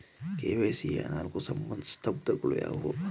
KYC ಯ ನಾಲ್ಕು ಸ್ತಂಭಗಳು ಯಾವುವು?